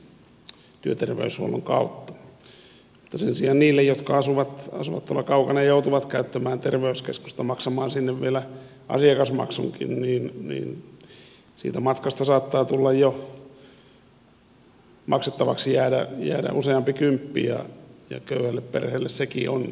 mutta sen sijaan niille jotka asuvat kaukana ja joutuvat käyttämään terveyskeskusta ja joutuvat maksamaan sinne vielä asiakasmaksunkin siitä matkasta saattaa maksettavaksi jäädä jo useampi kymppi ja köyhälle perheelle sekin on jo iso raha